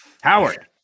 Howard